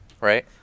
right